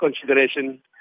consideration